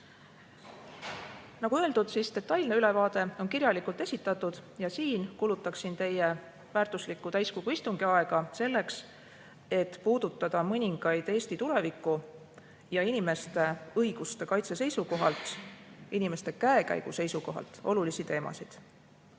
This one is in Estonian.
Nagu öeldud, siis detailne ülevaade on kirjalikult esitatud ja siin kulutan teie väärtuslikku täiskogu istungi aega selleks, et puudutada mõningaid Eesti tuleviku ja inimeste õiguste kaitse ja nende käekäigu seisukohalt olulisi teemasid.